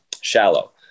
shallow